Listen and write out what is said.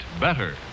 better